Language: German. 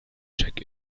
check